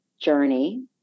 journey